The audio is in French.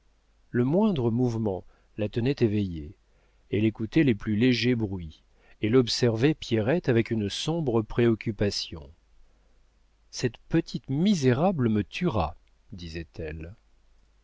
le moindre mouvement la tenait éveillée elle écoutait les plus légers bruits elle observait pierrette avec une sombre préoccupation cette petite misérable me tuera disait-elle